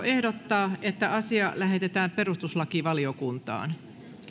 ehdottaa että asia lähetetään perustuslakivaliokuntaan